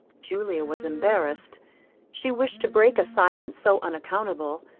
julia was embarrassed she wished to break a silence so unaccountable,